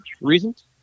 reasons